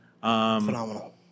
Phenomenal